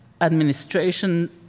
administration